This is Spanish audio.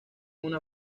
una